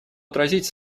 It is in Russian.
отразить